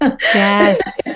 Yes